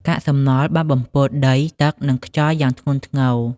កាកសំណល់បានបំពុលដី ទឹក និងខ្យល់យ៉ាងធ្ងន់ធ្ងរ។